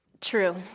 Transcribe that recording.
True